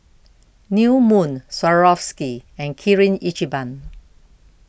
New Moon Swarovski and Kirin Ichiban